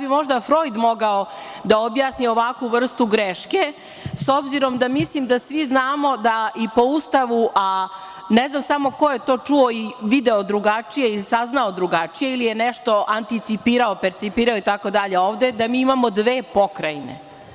bi možda Frojd mogao da objasni ovakvu vrstu greške, s obzirom da mislim da svi znamo i da po Ustavu, a ne znam samo ko je to čuo i video drugačije, ili saznao drugačije, ili nešto anticipirao, percipirao itd. ovde, da mi imamo dve pokrajine?